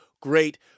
great